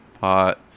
pot